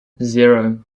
zero